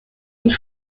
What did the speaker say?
and